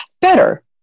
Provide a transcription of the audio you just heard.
Better